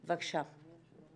בבקשה.